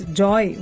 joy